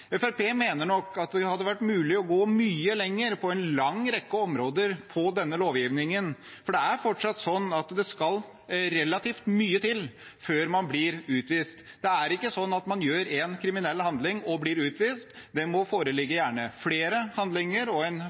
mener nok at det hadde vært mulig å gå mye lenger på en lang rekke områder i denne lovgivningen, for det er fortsatt slik at det skal relativt mye til før man blir utvist. Det er ikke slik at man gjør én kriminell handling og blir utvist. Det må gjerne foreligge flere handlinger og en